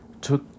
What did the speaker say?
took